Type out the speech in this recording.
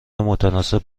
متناسب